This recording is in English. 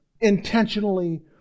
intentionally